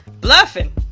Bluffing